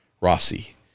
Rossi